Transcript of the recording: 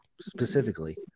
specifically